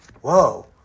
Whoa